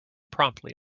promptly